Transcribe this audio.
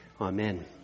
Amen